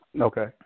Okay